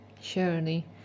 surely